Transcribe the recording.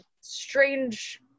strange